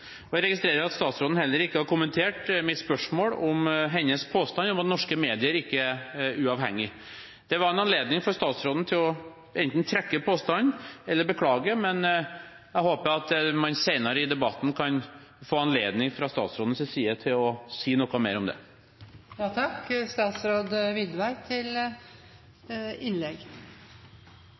Jeg registrerer at statsråden heller ikke har kommentert mitt spørsmål om hennes påstand om at norske medier ikke er uavhengige. Det var en anledning for statsråden til enten å trekke påstanden eller beklage, men jeg håper at statsråden senere i debatten kan få anledning til å si noe mer om det.